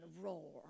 roar